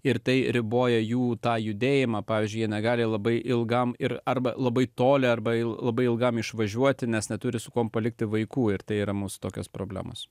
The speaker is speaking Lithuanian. ir tai riboja jų tą judėjimą pavyzdžiui jie negali labai ilgam ir arba labai toli arba labai ilgam išvažiuoti nes neturi su kuom palikti vaikų ir tai yra mūsų tokios problemos